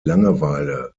langeweile